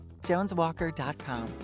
JonesWalker.com